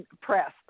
press